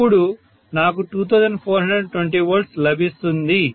అప్పుడు నాకు 2420V లభిస్తుంది